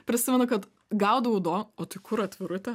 prisimenu kad gaudavau do o tai kur atvirutė